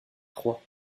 trois